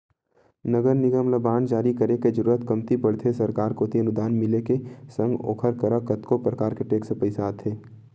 नगर निगम ल बांड जारी करे के जरुरत कमती पड़थे सरकार कोती अनुदान मिले के संग ओखर करा कतको परकार के टेक्स पइसा आथे